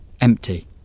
Empty